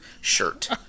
shirt